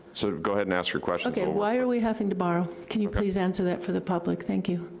so go ahead and ask your questions. okay, why are we having to borrow? can you please answer that for the public? thank you.